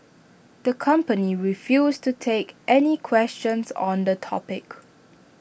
the company refused to take any questions on the topic